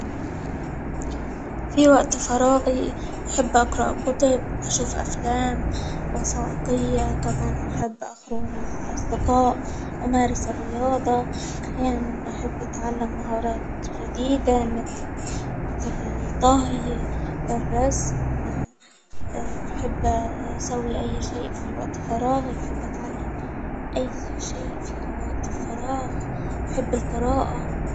في وقت فراغي بحب أقرأ كتب أشوف أفلام وثائقية كمان أحب أخرج من الأصدقاء أمارس الرياضة أحيانا أحب أتعلم مهارات جديدة متل- متل الطهي الرسم أحب أسوي أي شئ في وقت فراغي أحب أتعلم أي شئ في وأت فراغ أحب القراءة.